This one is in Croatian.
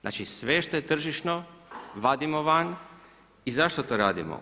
Znači sve što je tržišno vadimo van i zašto to radimo?